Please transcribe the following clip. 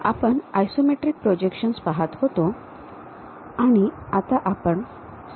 आपण isometric projections पाहत होतो आणि आता आपण ६ व्या मोड्यूल मध्ये आहोत